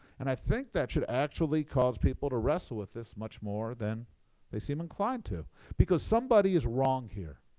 and i think that should actually cause people to wrestle with this much more than they seem inclined to because somebody is wrong here.